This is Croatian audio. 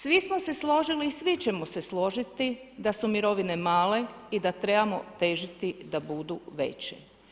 Svi smo se složili i svi ćemo se složiti da su mirovine male i da trebamo težiti da budu veće.